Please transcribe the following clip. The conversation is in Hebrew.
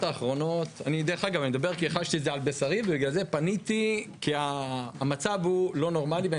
אני מדבר כי חשתי את זה על בשרי ופניתי לוועדה כי המצב לא נורמלי.